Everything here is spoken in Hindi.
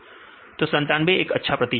तो 97 एक अच्छा प्रतिशत है